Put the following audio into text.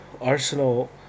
Arsenal